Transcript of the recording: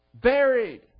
buried